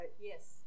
yes